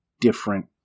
different